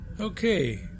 Okay